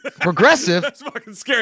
progressive